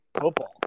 football